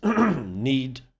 need